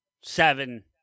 Seven